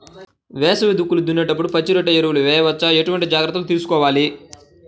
వేసవి దుక్కులు దున్నేప్పుడు పచ్చిరొట్ట ఎరువు వేయవచ్చా? ఎటువంటి జాగ్రత్తలు తీసుకోవాలి?